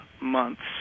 months